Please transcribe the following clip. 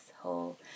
whole